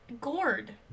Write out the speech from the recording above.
gourd